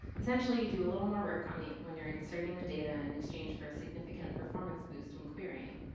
essentially you do a little more work on the, when you're inserting the data and exchange for significant performance boost when querying.